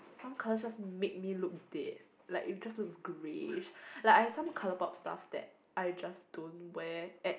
some colours just make me look dead like it just looks greyish like I have some ColourPop stuff that I just don't wear at